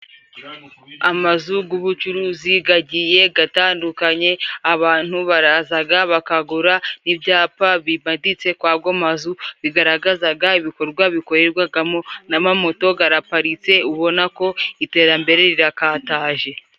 Amazu g'ubucuruzi gagiye gatandukanye, abantu barazaga bakagura, ibyapa bibaditse kw'ago mazu bigaragazaga ibikorwa bikorerwagamo, n'amamoto garaparitse ubona ko iterambere rirakataje.